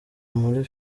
muri